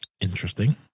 Interesting